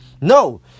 No